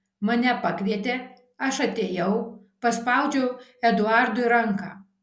mane pakvietė aš atėjau paspaudžiau eduardui ranką